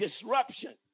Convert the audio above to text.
disruption